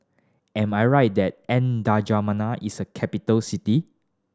am I right that N'Djamena is a capital city